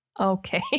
okay